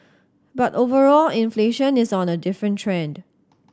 but overall inflation is on a different trend